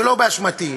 שלא באשמתי,